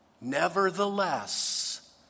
Nevertheless